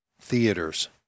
theaters